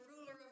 ruler